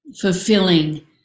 fulfilling